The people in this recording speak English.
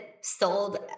sold